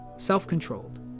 self-controlled